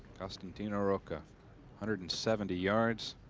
costantino rocca hundred and seventy yards.